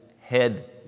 head